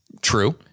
True